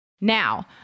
Now